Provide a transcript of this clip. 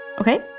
Okay